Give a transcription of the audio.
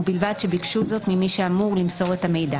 ובלבד שביקשו זאת ממי שאמור למסור את המידע."